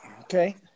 Okay